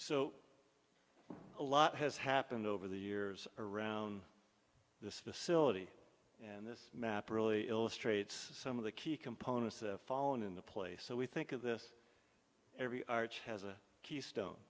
so a lot has happened over the years around this facility and this map really illustrates some of the key components fallen in the place so we think of this every arch has a keystone